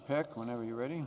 peck whenever you're ready